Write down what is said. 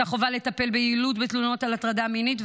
את החובה לטפל ביעילות בתלונות על הטרדה מינית,